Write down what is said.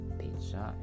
pizza